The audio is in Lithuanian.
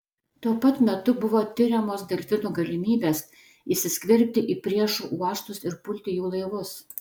tuo pat metu buvo tiriamos delfinų galimybės įsiskverbti į priešų uostus ir pulti jų laivus